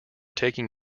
taking